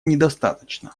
недостаточно